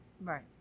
Right